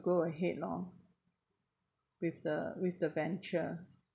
go ahead loh with the with the venture